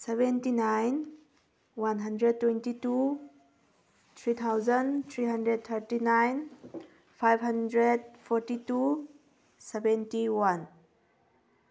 seventy nine one hundred twenty two three thousand three hundred thirty nine five hundred forty two seventy one